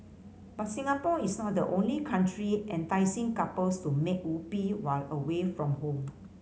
but Singapore is not the only country enticing couples to make whoopee while away from home